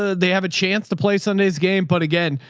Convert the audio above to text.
ah they have a chance to play sunday's game. but again,